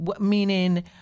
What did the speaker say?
Meaning